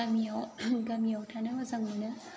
गामियाव गामियाव थानो मोजां मोनो